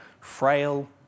frail